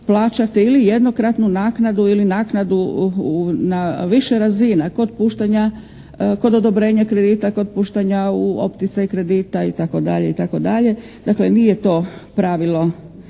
plaćate ili jednokratnu naknadu ili naknadu na više razina. Kod puštanja, kod odobrenja kredita, kod puštanja u opticaj kredita i tako dalje i tako